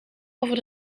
over